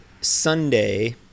Sunday